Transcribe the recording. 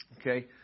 Okay